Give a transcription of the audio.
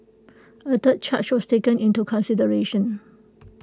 A third charge was taken into consideration